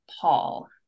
Paul